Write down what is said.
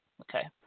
Okay